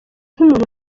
nk’umuntu